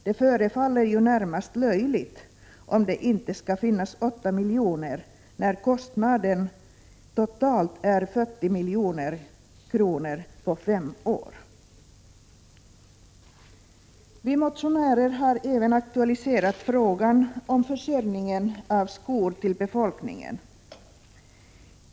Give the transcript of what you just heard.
Det förefaller närmast löjligt om det inte skall finnas 8 miljoner, när kostnaden totalt är 40 milj.kr. på fem år. Vi motionärer har även aktualiserat frågan om försörjningen av skor till befolkningen.